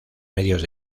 medios